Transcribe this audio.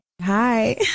Hi